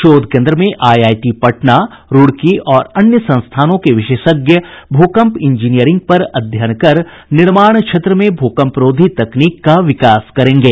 शोध कोन्द्र में आईआईटी पटना रूड़की और अन्य संस्थाओं के विशेषज्ञ भूकम्प इंजीरियरिंग पर अध्ययन कर निर्माण क्षेत्र में भूकम्परोधी तकनीक का विकास करेंगे